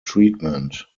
treatment